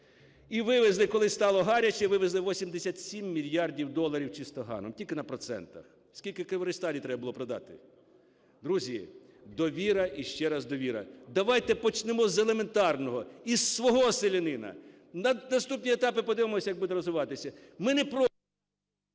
і вивезли, коли стало гаряче, вивезли 87 мільярдів доларів чистоганом, тільки на процентах. Скільки "Криворіжсталі" треба було продати? Друзі, довіра і ще раз довіра. Давайте почнемо з елементарного: із свого селянина. Наступні етапи подивимося, як будемо розвиватися.